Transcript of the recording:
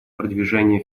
продвижения